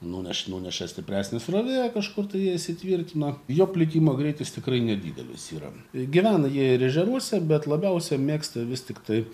nunešt nuneša stipresnė srovė kažkur tai įsitvirtino jo plitimo greitis tikrai nedidelis yra gyvena jie ir ežeruose bet labiausia mėgsta vis tiktai